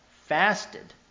fasted